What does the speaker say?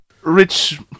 Rich